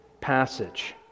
passage